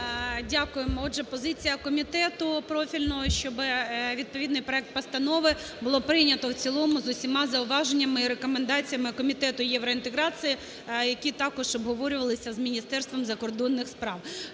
Дякуємо. Отже, позиція комітету профільного, щоб відповідний проект постанови було прийнято в цілому з усіма зауваженнями і рекомендаціями Комітету євроінтеграції, які також обговорювалися з Міністерством закордонних справ.